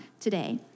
today